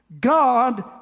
God